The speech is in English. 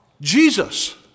Jesus